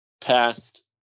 past